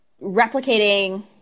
replicating